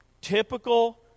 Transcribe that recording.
typical